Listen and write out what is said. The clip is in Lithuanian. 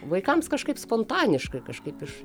vaikams kažkaip spontaniškai kažkaip iš